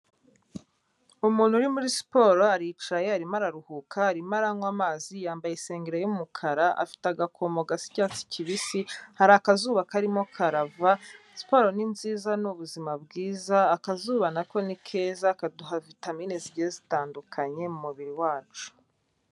Umuntu uri muri siporo aricaye, arimo araruhuka, arimo aranywa amazi ,yambaye sengere y'umukara afite agakomo gasa icyatsi kibisi, hari akazuba karimo karava, siporo ni nziza ni ubuzima bwiza, akazuba nako ni keza kaduha vitamini zigiye zitandukanye mu mubiri wacu.